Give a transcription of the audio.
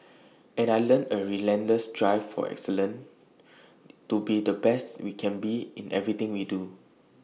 and I learnt A relentless drive for excellence to be the best we can be in everything we do